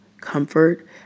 comfort